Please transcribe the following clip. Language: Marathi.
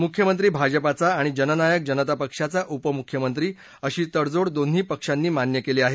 मुख्यमंत्री भाजपाचा आणि जननायक जनता पक्षाचा उपमुख्यमंत्री अशी तडजोड दोन्ही पक्षांनी मान्य केली आहे